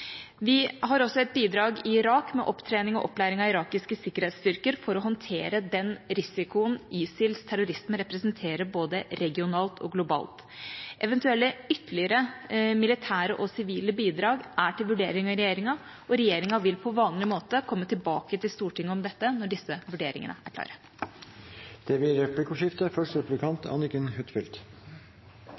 Vi har også et bidrag i Irak med opptrening og opplæring av irakiske sikkerhetsstyrker, for å håndtere den risikoen ISILs terrorisme representerer, både regionalt og globalt. Eventuelle ytterligere militære og sivile bidrag er til vurdering av regjeringa, og regjeringa vil på vanlig måte komme tilbake til Stortinget om dette når disse vurderingene er klare. Det blir replikkordskifte.